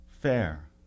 fair